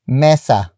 mesa